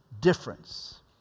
difference